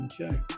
Okay